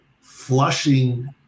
flushing